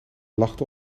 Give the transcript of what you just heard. lachte